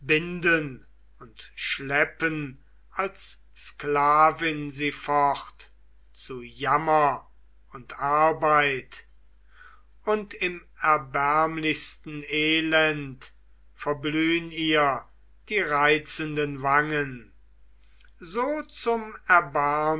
binden und schleppen als sklavin sie fort zu jammer und arbeit und im erbärmlichsten elend verblühn ihr die reizenden wangen so zum